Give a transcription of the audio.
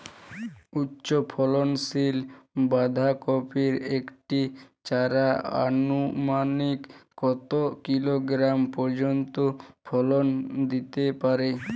উচ্চ ফলনশীল বাঁধাকপির একটি চারা আনুমানিক কত কিলোগ্রাম পর্যন্ত ফলন দিতে পারে?